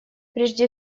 прежде